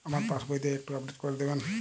আমার পাসবই টি একটু আপডেট করে দেবেন?